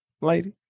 lady